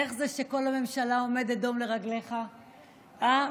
איך זה שכל הממשלה עומדת דום לרגליך, אה?